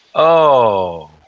oh.